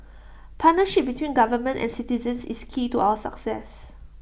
partnership between government and citizens is key to our success